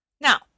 Now